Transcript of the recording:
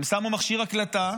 הם שמו מכשיר הקלטה.